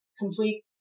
complete